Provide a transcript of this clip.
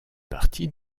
partie